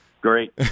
Great